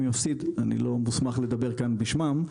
לא מוסמך לדבר כאן בשמם.